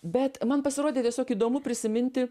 bet man pasirodė tiesiog įdomu prisiminti